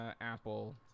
Apple